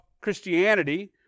Christianity